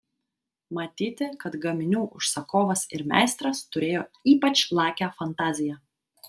matyti kad gaminių užsakovas ir meistras turėjo ypač lakią fantaziją